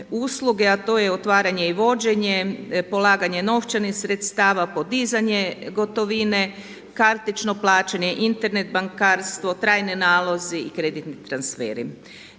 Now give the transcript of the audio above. a to je otvaranje i vođenje, polaganje novčanih sredstava, podizanje gotovine, kartično plaćanje, Internet bankarstvo, trajni nalozi i kreditni transferi.